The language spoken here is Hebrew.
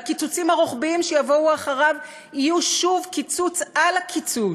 והקיצוצים הרוחביים שיבואו אחריו יהיו שוב קיצוץ על הקיצוץ.